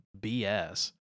BS